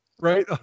Right